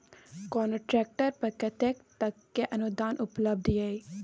कोनो ट्रैक्टर पर कतेक तक के अनुदान उपलब्ध ये?